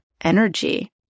energy